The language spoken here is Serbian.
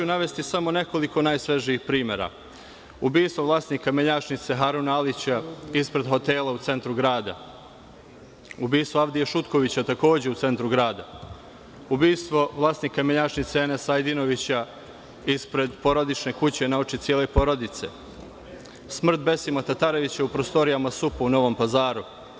Navešću samo nekoliko najsvežijih primera – ubistvo vlasnika menjačnice Hanura Alića, ispred hotela u centru grada, ubistvo Avdije Šutkovića, takođe u centru grada, ubistvo vlasnika menjačnice Enesa Ajdinovića, ispred porodične kuće, na oči cele porodice, smrt Besima Tatarevića u prostorijama SUP-a u Novom Pazaru.